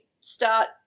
start